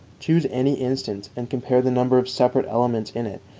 choose any instance, and compare the number of separate elements in it,